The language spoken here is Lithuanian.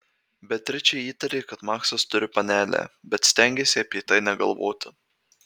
beatričė įtarė kad maksas turi panelę bet stengėsi apie tai negalvoti